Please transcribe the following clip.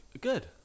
Good